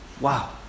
Wow